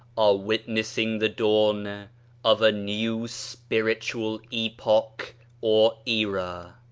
are witnessing the dawn of a new spiritual epoch or era.